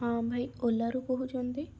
ହଁ ଭାଇ ଓଲାରୁ କହୁଛନ୍ତି